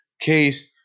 case